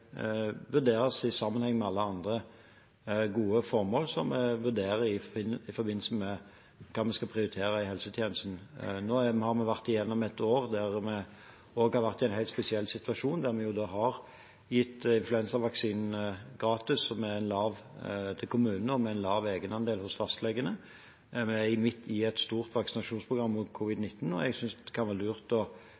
vurderes i sammenheng med alle andre gode formål som vi vurderer i forbindelse med hva vi skal prioritere i helsetjenesten. Nå har vi vært igjennom et år der vi har vært i en helt spesiell situasjon, der vi har gitt influensavaksinen gratis til kommunene og med en lav egenandel hos fastlegene. Vi er midt i et stort vaksinasjonsprogram mot